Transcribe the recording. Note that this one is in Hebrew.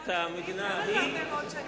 למה הרבה מאוד שנים?